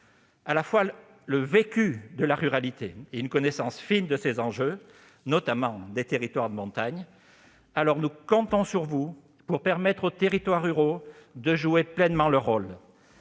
en partage le vécu de la ruralité et une connaissance fine de ses enjeux, notamment des territoires de montagne. Nous comptons sur vous pour permettre aux territoires ruraux de jouer pleinement leur rôle.